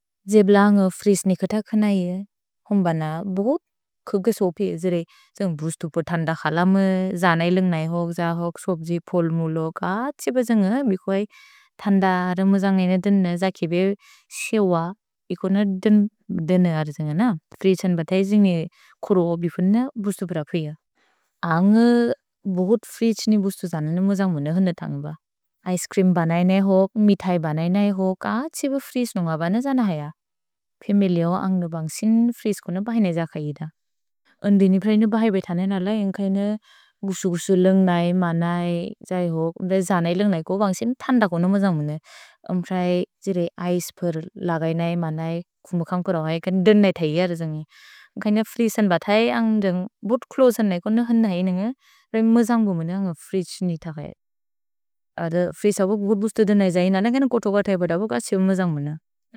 द्जेब्ल अन्गो फ्रिज् निकत कनैये। होम्बन, बोगुत् कुकेसोपि एजेरे। जन्ग् बुज्तुपो थन्द खलम। जन इलन्ग् नैहोक्। जहोक् सोब्जि पोल्मुलो। क त्सेब जन्ग्। मिको अय् थन्द। अर मुजन्ग् ऐन देन। जकेबे क्सेव। इकोन देन अर जन्गन। फ्रिज् त्सन्बतै जिन्ग्ने। कुरू बिफुन् न बुज्तुप् र फिअ। अन्गो बोगुत् फ्रिज् त्सनि बुज्तुप् जनने। मुजन्ग् मुने होन्द तन्ग्ब। ऐस्क्रिम् बनै नैहोक्। मितै बनै नैहोक्। क त्सेब फ्रिज्। जनहय। फेमेलेओ अन्गो फ्रिज्। भैन जकैद। ओन्दिने प्रएनु बनै बैथने नलै। गुसु गुसु लन्ग् नैह्। मनै। जन इलन्ग् नैह्। अन्गो फ्रिज् थन्द। मुजन्ग् मुने। ऐस्क्रिम् लगै नैह्। मनै। कुम कन्कुर। देने थैय। जन्गि। फ्रिज् त्सन्बतै। अन्गो बोगुत् च्लोसे नैह्। मुजन्ग् मुने। अन्गो फ्रिज् त्सनि थगै। फ्रिज् हबो। भोगुत् बुज्तुप् देनै। जैन। कोतोब थैब। अन्गो बोगुत् च्लोसे नैह्। मुजन्ग् मुने।